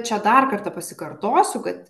čia dar kartą pasikartosiu kad